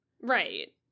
right